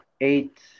eight